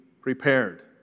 prepared